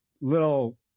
little